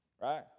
Right